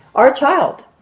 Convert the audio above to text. our child.